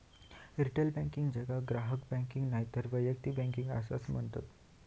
retail banking, जेका ग्राहक banking नायतर वैयक्तिक बँकिंग असाय म्हणतत